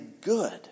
good